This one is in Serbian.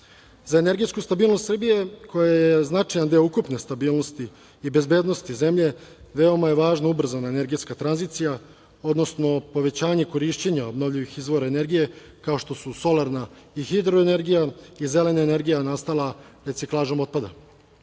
energetsku stabilnost Srbije, koja je značajan deo ukupne stabilnosti i bezbednosti zemlje, veoma je važna ubrzana energetska tradicija, odnosno povećanje korišćenja obnovljivih izvora energije kao što su solarna i hidroenergija i zelena energija nastala reciklažom otpada.U